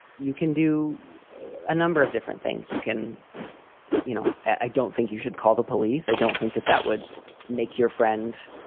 you can do a number of different things. you can you know, i don't think you should call the police. i don't think that that would make your friend.